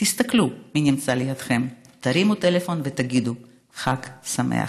תסתכלו מי נמצא לידכם, תרימו טלפון ותגידו חג שמח.